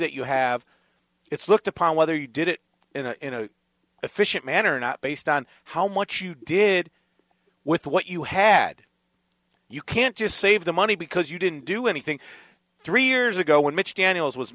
that you have it's looked upon whether you did it in a efficient manner not based on how much you did with what you had you can't just save the money because you didn't do anything three years ago when mitch daniels was